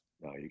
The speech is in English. No